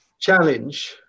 challenge